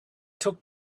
took